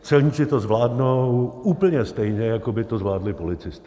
Celníci to zvládnou úplně stejně, jako by to zvládli policisté.